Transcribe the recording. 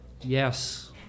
Yes